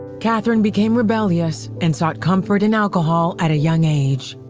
katherine became rebellious and sought comfort in alcohol at a young age.